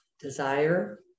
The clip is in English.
desire